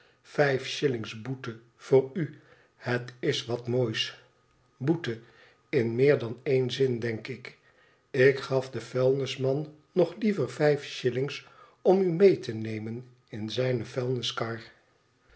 vijf shillings boete voor u het is wat moois boete in meer dan één zin denk ik ik gaf den vuilnisman nog liever vijf shillings om a mee te nemen in zijne vuilniskar